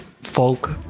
folk